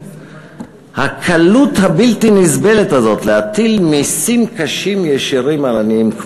הקלות הבלתי-הנסבלת הזאת להטיל מסים קשים על עניים,